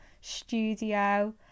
studio